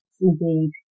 Indeed